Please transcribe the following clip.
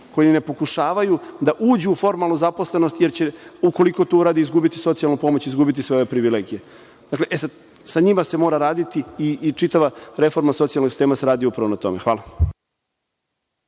koji ne pokušavaju da uđu u formalnu zaposlenost, jer će ukoliko to urade izgubiti socijalnu pomoć, izgubiti sve ove privilegije. Sa njima se mora raditi i čitava reforma socijalnog sistema se radi upravo na tome. Hvala.